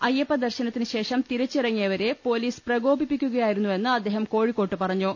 അയ്യപ്പ ദർശനത്തിന് ശേഷം തിരിച്ചിറങ്ങിവരെ പൊലീസ് പ്രകോപിപ്പിക്കുകയായിരുന്നുവെന്ന് അദ്ദേഹം കോഴിക്കോട്ട് പറഞ്ഞു